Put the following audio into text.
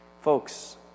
Folks